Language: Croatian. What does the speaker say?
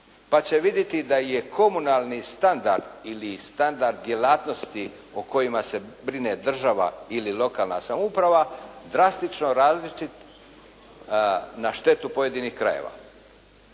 pa će vidjeti da je komunalni standard ili standard djelatnosti o kojima se brine država ili lokalna samouprava drastično različit na štetu pojedinih krajeva.